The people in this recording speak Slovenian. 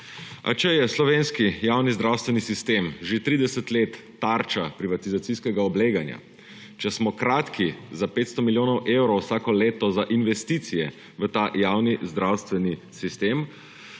Če je slovenski javni zdravstveni sistem že 30 let tarča privatizacijskega obleganja, če smo kratki za 500 milijonov evrov vsako leto za investicije v ta javni zdravstveni sistem,